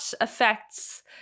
affects